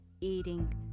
eating